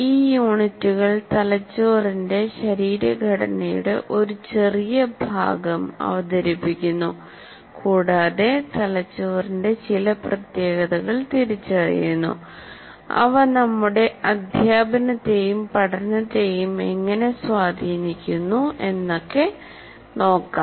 ഈ യൂണിറ്റുകൾ തലച്ചോറിന്റെ ശരീരഘടനയുടെ ഒരു ചെറിയ ഭാഗം അവതരിപ്പിക്കുന്നു കൂടാതെ തലച്ചോറിന്റെ ചില പ്രത്യേകതകൾ തിരിച്ചറിയുന്നു അവ നമ്മുടെ അധ്യാപനത്തെയും പഠനത്തെയും എങ്ങനെ സ്വാധീനിക്കുന്നു എന്നൊക്കെ നോക്കാം